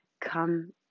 Come